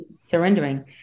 surrendering